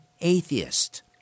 atheist